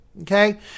Okay